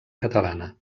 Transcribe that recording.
catalana